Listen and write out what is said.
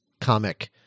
comic